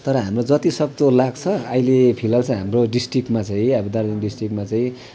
तर हाम्रो जतिसक्दो लाग्छ अहिले फिलहाल चाहिँ हाम्रो डिस्ट्रिकमा चाहिँ अब दार्जिलिङ डिस्ट्रिकमा चाहिँ